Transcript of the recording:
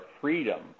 freedom